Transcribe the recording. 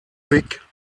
thick